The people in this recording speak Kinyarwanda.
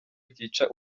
ryica